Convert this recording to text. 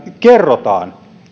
kerrotaan